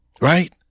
Right